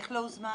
איך לא הוזמנו?